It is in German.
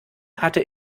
hatte